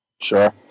Sure